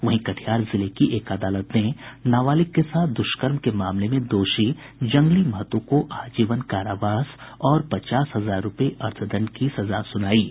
वहीं कटिहार जिले की एक अदालत ने नाबालिग के साथ दुष्कर्म के मामले में दोषी जंगली महतो को आजीवन कारावास और पचास हजार रूपये अर्थदंड की सजा सुनायी है